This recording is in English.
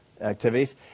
activities